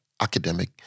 academic